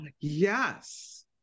yes